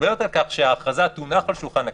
מדברת על כך שההכרזה תונח על שולחן הכנסת.